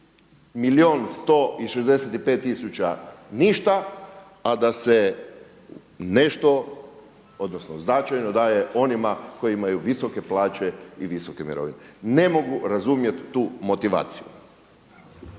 165000 ništa, a da se nešto odnosno značajno daje onima koji imaju visoke plaće i visoke mirovine. Ne mogu razumjeti tu motivaciju.